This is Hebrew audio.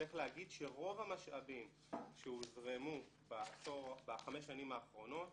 צריך להגיד שרוב המשאבים שהוזרמו בחמש שנים האחרונות